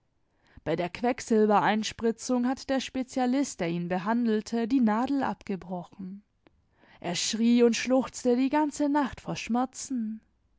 bei der quecksilbereinspritzung hat der spezialist der ihn behandelte die nadel abgebrochen er schrie und schluchzte die ganze nacht vor schmerzen